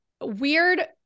Weird